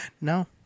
No